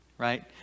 right